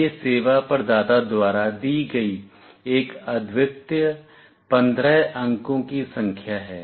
यह सेवा प्रदाता द्वारा दी गई एक अद्वितीय 15 अंकों की संख्या है